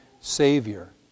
Savior